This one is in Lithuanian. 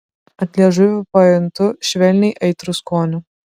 ant liežuvio pajuntu švelniai aitrų skonį